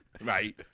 Right